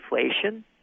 inflation